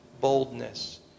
boldness